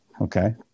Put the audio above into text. okay